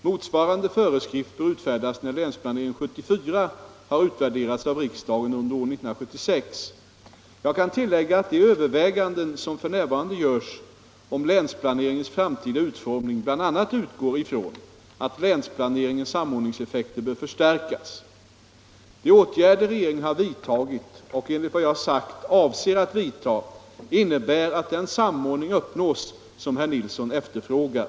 Motsvarande föreskrift bör utfärdas när länsplanering 1974 har utvärderats av riksdagen under år 1976. Jag kan tillägga att de överväganden som f. n. görs om länsplaneringens framtida utformning bl.a. utgår från att länsplaneringens samordningseffekter bör förstärkas. De åtgärder regeringen har vidtagit och enligt vad jag sagt avser att vidta innebär att den samordning uppnås som interpellanten efterfrågar.